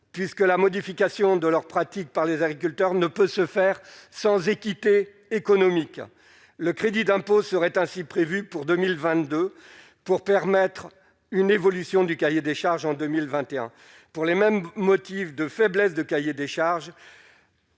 puisque la modification de leurs pratiques par les agriculteurs ne peut se faire sans équité économique : le crédit d'impôt serait ainsi prévue pour 2022 pour permettre une évolution du cahier des charges en 2021 pour les mêmes motifs de faiblesse de cahier des charges.